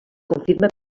confirma